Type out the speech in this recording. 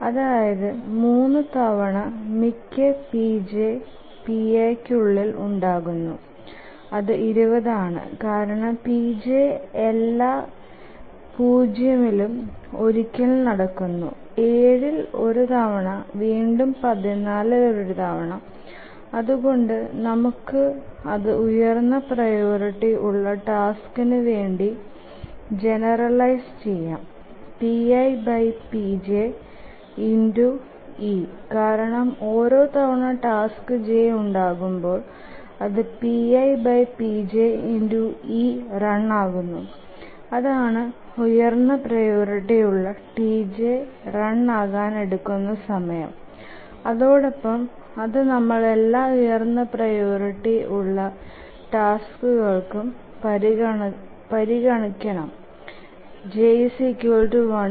അതായത് 3 തവണ മിക്ക pj pi കു ഉളിൽ ഉണ്ടാകുന്നു അതു 20 ആണ് കാരണം pj എല്ലാ 0ഇലും ഒരിക്കൽ നടക്കുന്നു 7ഇൽ ഒരു തവണ വീണ്ടും 14ഇൽ ഒരു തവണ അതുകൊണ്ട് നമുക്ക് അതു ഉയർന്ന പ്രിയോറിറ്റി ഉള്ള ടാസ്കിനു വേണ്ടി ജനറലൈസ് ചെയാം ⌈pipj⌉∗e കാരണം ഓരോ തവണ ടാസ്ക് j ഉണ്ടാകുമ്പോൾ അതു ⌈pipj⌉∗e റൺ ആകുന്നു അതാണ് ഉയർന്ന പ്രിയോറിറ്റി ഉള്ള Tj റൺ ആകാൻ എടുക്കുന്ന സമയം അതോടൊപ്പം അതു നമ്മൾ എല്ലാ ഉയർന്ന പ്രിയോറിറ്റി ഉള്ള ടാസ്കുകൾക്കും പരിഗണിക്കണം j1 to i 1